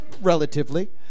Relatively